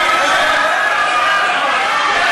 ההצעה להעביר את הצעת חוק הרשות